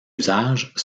usage